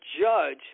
judge